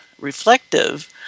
reflective